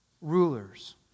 rulers